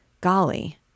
Golly